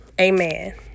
Amen